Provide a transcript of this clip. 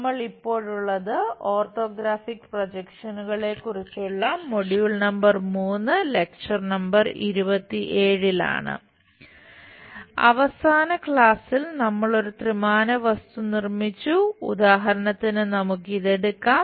നമ്മൾ ഇപ്പോഴുള്ളത് ഓർത്തോഗ്രാഫിക് പ്രൊജക്ഷനുകളെ കുറിച്ചുള്ള മൊഡ്യൂൾ നമ്പർ 27 ലാണ് അവസാന ക്ലാസ്സിൽ നമ്മൾ ഒരു ത്രിമാന വസ്തു നിർമ്മിച്ചു ഉദാഹരണത്തിന് നമുക്ക് ഇത് എടുക്കാം